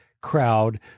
crowd